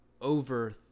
over